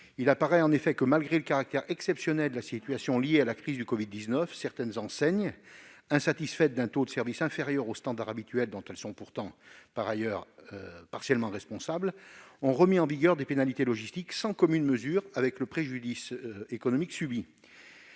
Il apparaît en effet que malgré le caractère exceptionnel de la situation liée à la crise de covid-19, certaines enseignes, insatisfaites d'un taux de service inférieur aux standards habituels dont elles sont pourtant par ailleurs partiellement responsables, ont remis en vigueur des pénalités logistiques sans commune mesure avec le préjudice économique subi.